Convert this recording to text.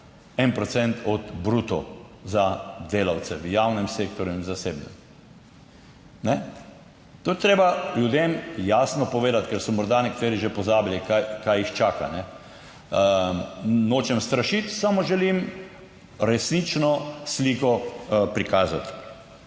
od bruto za delavce v javnem sektorju in v zasebnem. To je treba ljudem jasno povedati, ker so morda nekateri že pozabili, kaj jih čaka. Nočem strašiti, samo želim resnično sliko prikazati.